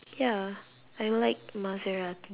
ya I like maserati